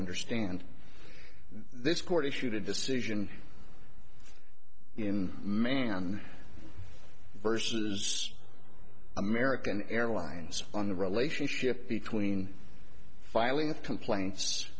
understand this court issued a decision in man versus american airlines on the relationship between filing complain